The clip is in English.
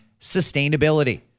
sustainability